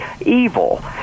evil